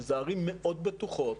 שאלו ערים מאוד בטוחות,